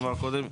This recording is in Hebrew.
אמר קודם,